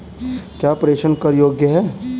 क्या प्रेषण कर योग्य हैं?